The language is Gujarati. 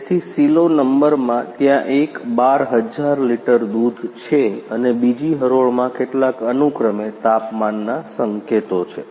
તેથી સિલો નંબરમાં ત્યાં એક 12000 લિટર દૂધ છે અને બીજી હરોળમાં કેટલાક અનુક્રમે તાપમાનના સંકેતો છે